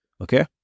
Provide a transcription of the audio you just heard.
Okay